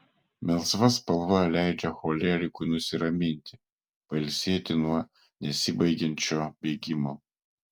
melsva spalva leidžia cholerikui nusiraminti pailsėti nuo nesibaigiančio bėgimo